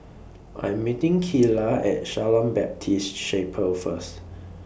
I'm meeting Keyla At Shalom Baptist Chapel First